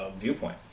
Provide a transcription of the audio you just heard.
viewpoint